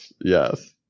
Yes